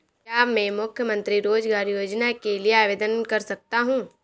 क्या मैं मुख्यमंत्री रोज़गार योजना के लिए आवेदन कर सकता हूँ?